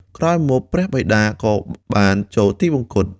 ក្រោយមក ព្រះបិតាក៏បានចូលទិវង្គត។